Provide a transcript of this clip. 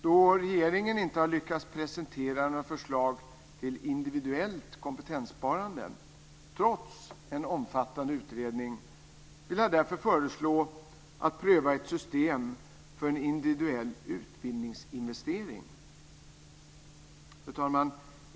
Då regeringen inte har lyckats att prestera något förslag till individuellt kompetenssparande, trots en omfattande utredning, vill jag därför föreslå att pröva ett system för en individuell utbildningsinvestering. Fru talman!